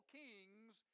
kings